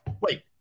wait